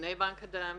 לפני בנק החלב.